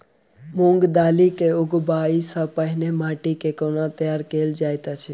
मूंग दालि केँ उगबाई सँ पहिने माटि केँ कोना तैयार कैल जाइत अछि?